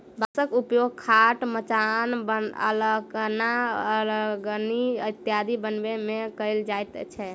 बाँसक उपयोग खाट, मचान, अलना, अरगनी इत्यादि बनबै मे कयल जाइत छै